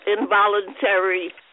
involuntary